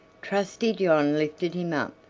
trusty john lifted him up,